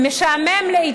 אני תכף אעלה.